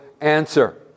answer